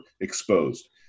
exposed